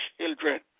children